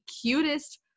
cutest